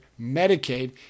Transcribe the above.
Medicaid